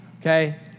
okay